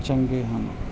ਚੰਗੇ ਹਨ